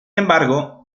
embargo